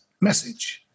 message